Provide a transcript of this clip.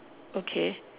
okay